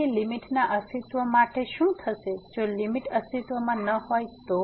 તેથી લીમીટના અસ્તિત્વ માટે શું થશે જો લીમીટ અસ્તિત્વમાં ન હોય તો